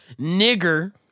nigger